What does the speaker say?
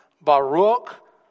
Baruch